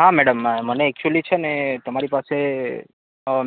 હા મેડમ મને એકચુંલી છે ને તમારી પાસે